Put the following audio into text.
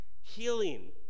healing